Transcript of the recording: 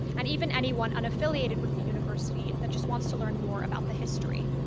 and even anyone unaffiliated with the university that just wants to learn more about the history.